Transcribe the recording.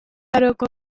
aroko